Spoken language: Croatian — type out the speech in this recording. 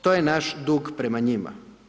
To je naš dug prema njima.